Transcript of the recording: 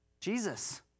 Jesus